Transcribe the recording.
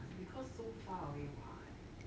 because so far away what